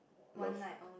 love